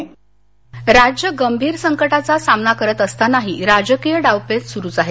राऊत राज्य गंभीर संकटाचा सामना करत असतानाही राजकीय डावपेच सुरूच आहेत